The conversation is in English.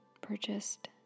purchased